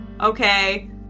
Okay